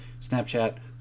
Snapchat